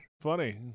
Funny